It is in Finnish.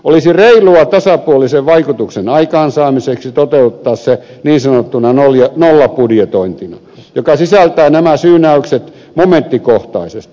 olisi reilua tasapuolisen vaikutuksen ai kaansaamiseksi toteuttaa se niin sanottuna nollabudjetointina joka sisältää nämä syynäykset momenttikohtaisesti